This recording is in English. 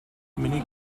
many